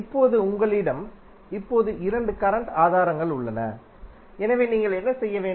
இப்போது உங்களிடம் இப்போது இரண்டு கரண்ட் ஆதாரங்கள் உள்ளன எனவே நீங்கள் என்ன செய்ய வேண்டும்